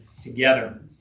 together